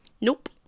Nope